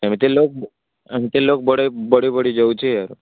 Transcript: ଏମିତି ଲୋକ ଏମିତି ଲୋକ ବଢ଼ି ବଢ଼ି ଯାଉଛି